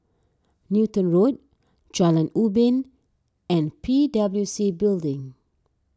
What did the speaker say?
Newton Road Jalan Ubin and P W C Building